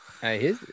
Hey